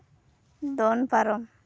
ᱫᱚᱱ ᱯᱟᱨᱚᱢ